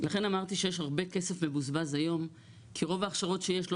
לכן אמרתי שיש הרבה כסף מבוזבז היום כי רוב ההכשרות שיש לא